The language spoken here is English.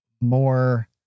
more